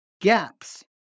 gaps